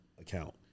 account